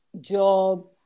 job